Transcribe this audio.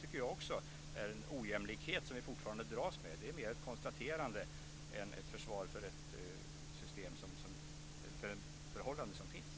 Jag tycker också att det är en ojämlikhet som vi fortfarande dras med. Men det är mer ett konstaterande av fakta än ett försvar för det förhållande som råder.